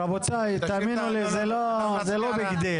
רבותיי, תאמינו לי, זה לא ביג דיל.